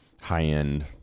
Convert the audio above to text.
high-end